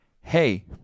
hey